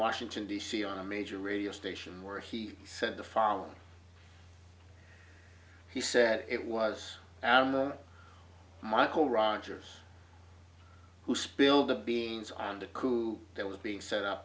washington d c on a major radio station where he said the following he said it was michael rogers who spilled the beans on the coup that was being set up